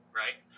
right